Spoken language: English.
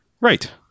Right